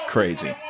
Crazy